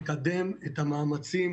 לקדם את המאמצים